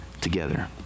together